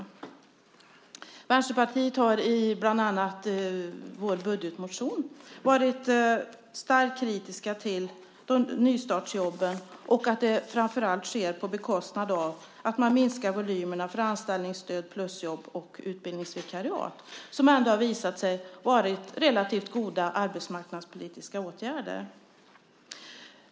Vi i Vänsterpartiet har bland annat i vår budgetmotion varit starkt kritiska till nystartsjobben och framför allt mot att de införs på bekostnad av att man minskar volymerna för anställningsstöd, plusjobb och utbildningsvikariat, som har visat sig vara relativt goda arbetsmarknadspolitiska åtgärder.